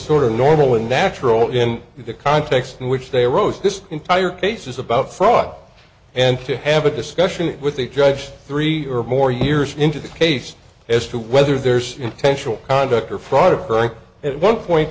sort of normal and natural in the context in which they wrote this entire case is about fraud and to have a discussion with the judge three or more years into the case as to whether there's intentional conduct or